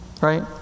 right